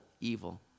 evil